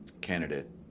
candidate